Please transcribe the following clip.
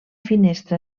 finestra